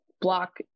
block